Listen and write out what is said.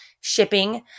shipping